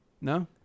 no